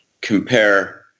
compare